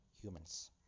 humans